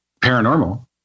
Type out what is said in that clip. Paranormal